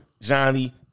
Johnny